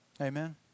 Amen